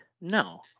No